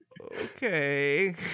Okay